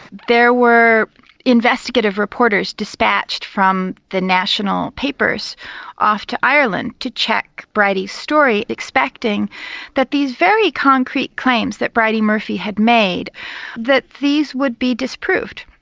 there were investigative reporters dispatched from the national papers off to ireland to check bridey's story expecting that these very concrete claims that bridey murphy had made that these would be disproved.